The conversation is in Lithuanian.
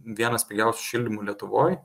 vienas pigiausių šildymų lietuvoj